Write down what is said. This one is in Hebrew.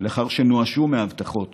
לאחר שנואשו מההבטחות